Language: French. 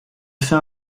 fait